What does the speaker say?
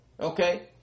Okay